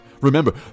Remember